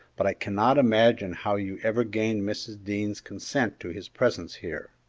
but i cannot imagine how you ever gained mrs. dean's consent to his presence here.